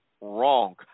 wrong